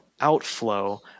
outflow